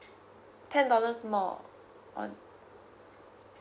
ten dollars more on